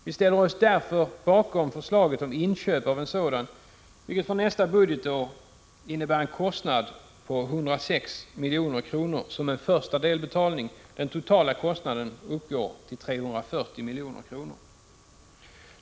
Vi ställer oss därför bakom förslaget om inköp av en sådan isbrytare, vilket för nästa budgetår innebär en kostnad på 106 milj.kr. som en första delbetalning. Den totala kostnaden uppgår till 340 milj.kr.